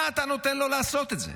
מה אתה נותן לו לעשות את זה?